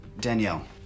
Danielle